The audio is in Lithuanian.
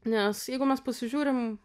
nes jeigu mes pasižiūrim